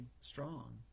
strong